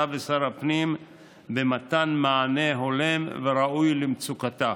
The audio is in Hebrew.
ושר הפנים במתן מענה הולם וראוי למצוקתה.